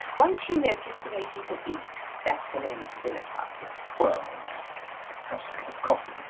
once you notice the way people eat that's an end to dinner parties. well perhaps a cup of coffee.